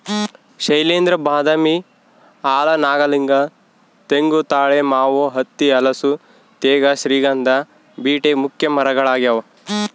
ಶೈಲೇಂದ್ರ ಬಾದಾಮಿ ಆಲ ನಾಗಲಿಂಗ ತೆಂಗು ತಾಳೆ ಮಾವು ಹತ್ತಿ ಹಲಸು ತೇಗ ಶ್ರೀಗಂಧ ಬೀಟೆ ಮುಖ್ಯ ಮರಗಳಾಗ್ಯಾವ